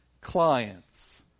clients